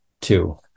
Two